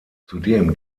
zudem